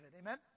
Amen